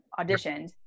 auditioned